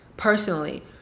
Personally